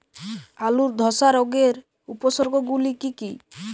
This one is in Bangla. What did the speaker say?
আলুর ধসা রোগের উপসর্গগুলি কি কি?